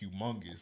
humongous